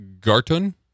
Garton